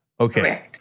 Okay